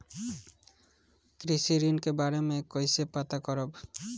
कृषि ऋण के बारे मे कइसे पता करब?